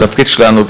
התפקיד שלנו,